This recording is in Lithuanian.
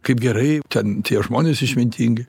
kaip gerai ten tie žmonės išmintingi